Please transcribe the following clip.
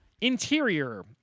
Interior